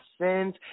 sins